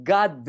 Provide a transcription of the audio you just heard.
God